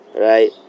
Right